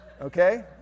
Okay